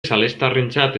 salestarrentzat